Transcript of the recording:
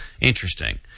interesting